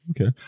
Okay